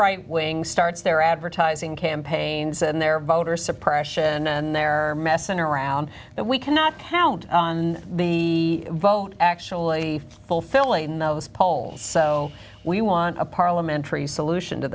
right wing starts their advertising campaigns and their voter suppression and there are messing around that we cannot count on the vote actually fulfilling those polls so we want a parliamentary solution to